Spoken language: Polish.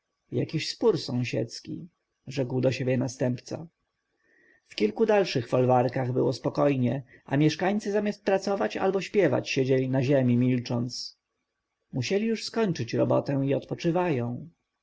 jakiś spór sąsiedzki rzekł do siebie następca w kilku dalszych folwarkach było spokojnie a mieszkańcy zamiast pracować albo śpiewać siedzieli na ziemi milcząc musieli już skończyć robotę i odpoczywają